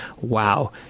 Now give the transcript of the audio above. wow